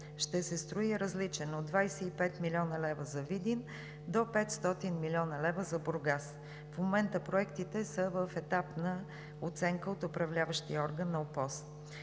ще се строи, е различен – от 25 млн. лв. за Видин до 500 млн. лв. за Бургас. В момента проектите са в етап на оценка от управляващия орган на ОПОС.